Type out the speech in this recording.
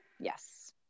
Yes